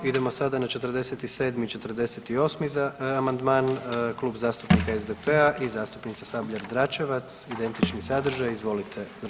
Idemo sada na 47. i 48. amandman Klub zastupnika SDP-a i zastupnica Sabljar-Dračevac, identičan je sadržaj, izvolite.